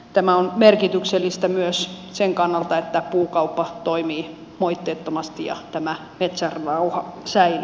tämä on merkityksellistä myös sen kannalta että puukauppa toimii moitteettomasti ja tämä metsärauha säilyy